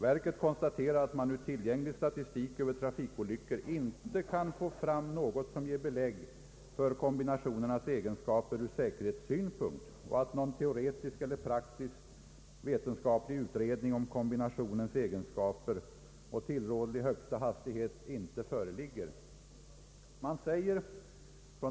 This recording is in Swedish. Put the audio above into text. Verket konstaterar att man ur tillgänglig statistik över trafikolyckor inte kan få fram något som ger belägg för kombinationernas egenskaper från säkerhetssynpunkt och att någon teoretisk eller praktiskt vetenskaplig utredning om kombinationens egenskaper och tillrådlig högsta hastighet inte föreligger.